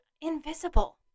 invisible